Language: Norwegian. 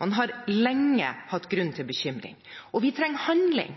Man har lenge hatt grunn til bekymring, og vi trenger handling.